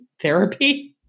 therapy